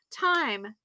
time